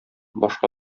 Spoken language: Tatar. башка